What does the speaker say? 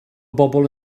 bobl